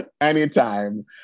Anytime